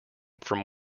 from